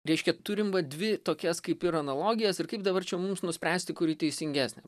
reiškia turim va dvi tokias kaip ir analogijas ir kaip dabar čia mums nuspręsti kuri teisingesnė